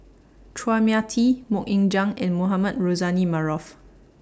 Chua Mia Tee Mok Ying Jang and Mohamed Rozani Maarof